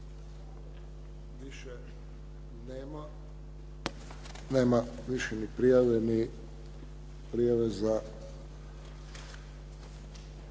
Više nema, nema više ni prijavljenih, prijave za